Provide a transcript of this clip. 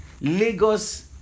Lagos